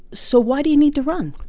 so why do you need to run?